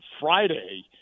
Friday